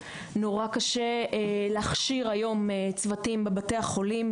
נורא קשה להכשיר היום צוותים בבתי החולים,